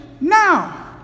now